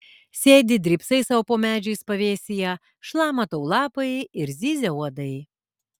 sėdi drybsai sau po medžiais pavėsyje šlama tau lapai ir zyzia uodai